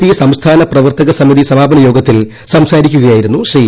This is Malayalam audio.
പി സംസ്ഥാന പ്രവർത്തക സമിതി സമാപന യോഗത്തിൽ സംസാരിക്കുയായിരുന്നു ശ്രീ